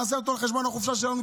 נעשה אותו על חשבון החופשה שלנו,